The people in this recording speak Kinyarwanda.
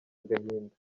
agahinda